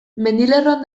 mendilerroan